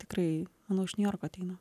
tikrai manau iš niujorko ateina